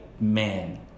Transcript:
man